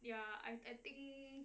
ya I I think